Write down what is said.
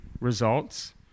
results